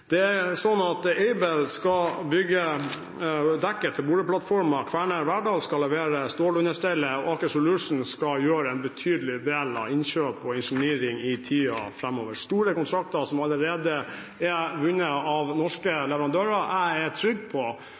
Det er slik at Aibel skal bygge dekket til boligplattformen, Kværner Verdal skal levere stålunderstellet, og Aker Solution skal gjøre en betydelig del av innkjøp og engineering i tiden framover. Dette er store kontrakter, som allerede er vunnet av norske leverandører. Jeg er trygg på